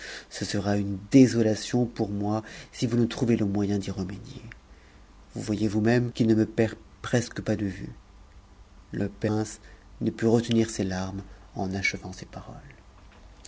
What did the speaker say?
ce sera une désolation pour moi si vous ne trouvez le moyen y emédier vous voyez vous-même qu'il ne me perd presque pas de c le prince ne put retenir ses larmes en achevant ces paroles